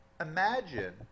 Imagine